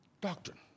doctrine